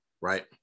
right